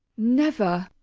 never!